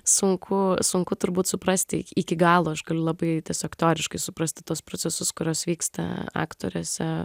sunku sunku turbūt suprasti iki galo aš galiu labai tiesiog teoriškai suprasti tuos procesus kurios vyksta aktoriuose